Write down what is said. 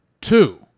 two